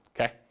okay